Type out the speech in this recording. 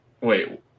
wait